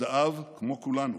הוא דאב, כמו כולנו,